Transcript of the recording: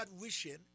wishing